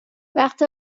وقت